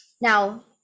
Now